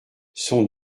son